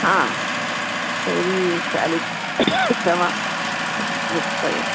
हा सोरहीं तारीख़ तव्हां बुक कयो